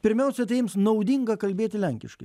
pirmiausia tai jiems naudinga kalbėti lenkiškai